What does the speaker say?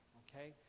okay